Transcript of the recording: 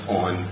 on